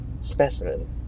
Specimen